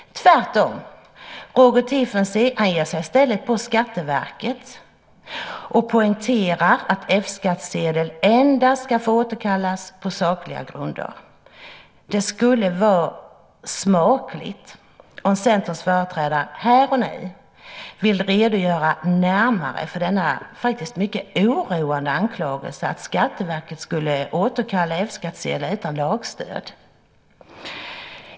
Tvärtom ger sig Roger Tiefensee i stället på Skatteverket och poängterar att F-skattsedel endast ska få återkallas på sakliga grunder. Det skulle vara smakligt om Centerns företrädare här och nu närmare ville redogöra för denna faktiskt mycket oroande anklagelse, att Skatteverket skulle återkalla F-skattsedel utan lagstöd.